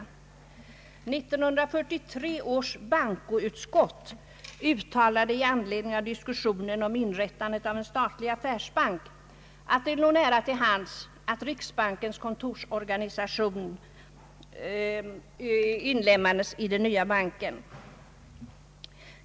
1943 års bankoutskott uttalade i anledning av diskussionen om inrättandet av en statlig affärsbank att det låg nära till hands att riksbankens kontorsorganisation inlemmades i den nya banken.